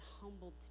humbled